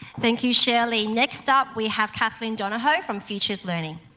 thank you, shirley. next up we have kathleen donohoe from futures learning.